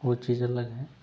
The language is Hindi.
वो चीज़ अलग है